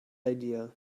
idea